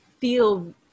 feel